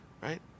Right